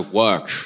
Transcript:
work